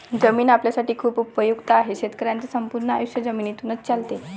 जमीन आपल्यासाठी खूप उपयुक्त आहे, शेतकऱ्यांचे संपूर्ण आयुष्य जमिनीतूनच चालते